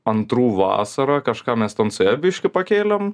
antrų vasarą kažką mes ten su ja biškį pakėlėm